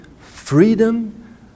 freedom